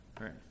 right